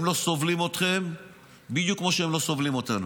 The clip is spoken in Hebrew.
הם לא סובלים אתכם בדיוק כמו שהם לא סובלים אותנו.